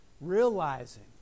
realizing